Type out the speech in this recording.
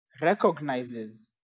recognizes